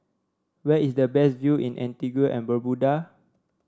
where is the best view in Antigua and Barbuda